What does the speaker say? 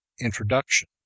Introduction